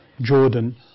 Jordan